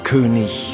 König